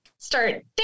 start